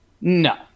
No